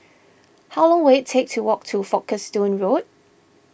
how long will it take to walk to Folkestone Road